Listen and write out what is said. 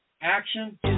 action